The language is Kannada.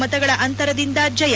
ಮತಗಳ ಅಂತರದಿಂದ ಜಯ